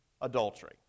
adultery